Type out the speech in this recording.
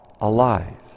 alive